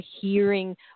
hearing